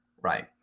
Right